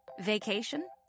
Vacation